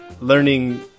learning